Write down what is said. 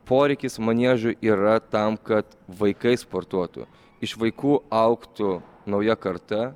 poreikis maniežui yra tam kad vaikai sportuotų iš vaikų augtų nauja karta